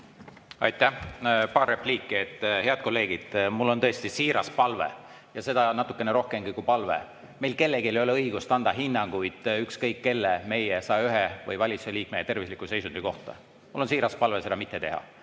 Aitäh! Paar repliiki, head kolleegid. Mul on tõesti siiras palve ja natuke rohkemgi kui palve: meil kellelgi ei ole õigust anda hinnanguid ükskõik kelle, meie 101 või valitsuse liikme tervisliku seisundi kohta. Mul on siiras palve seda mitte teha.